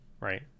right